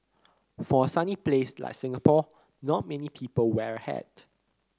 for a sunny place like Singapore not many people wear a hat